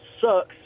sucks